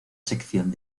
sección